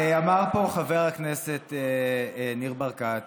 אמר פה חבר הכנסת ניר ברקת,